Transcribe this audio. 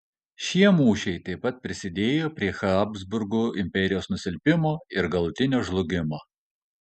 šie mūšiai taip pat prisidėjo prie habsburgų imperijos nusilpimo ir galutinio žlugimo